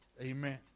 Amen